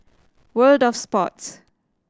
World Of Sports